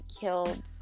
killed